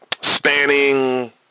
spanning